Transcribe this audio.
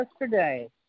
yesterday